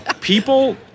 people